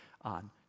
on